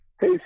Hey